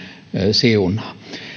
siunaa kun